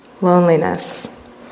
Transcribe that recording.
Loneliness